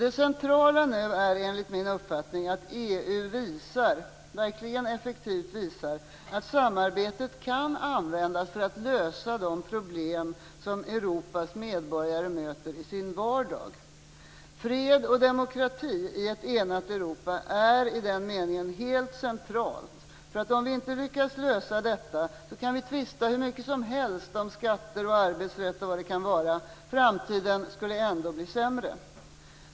Det centrala är enligt min uppfattning att EU verkligen effektivt visar att samarbetet kan användas för att lösa några av de problem Europas medborgarna möter i sin vardag. Fred och demokrati i ett enat Europa är i den meningen helt centralt. För om vi inte lyckas lösa detta kan vi tvista hur mycket som helst om skatter, arbetsrätt och vad det kan vara, och framtiden skulle ändå bli sämre.